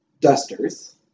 dusters